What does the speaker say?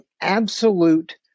absolute